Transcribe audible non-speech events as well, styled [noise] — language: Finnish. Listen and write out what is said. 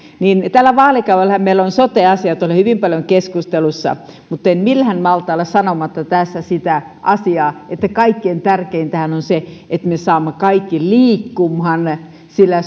tällä vaalikaudellahan meillä ovat sote asiat olleet hyvin paljon keskustelussa mutta en millään malta olla sanomatta tässä sitä asiaa että kaikkein tärkeintähän on se että me saamme kaikki liikkumaan sillä [unintelligible]